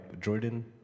Jordan